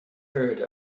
heard